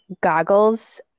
goggles